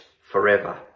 forever